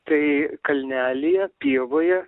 tai kalnelyje pievoje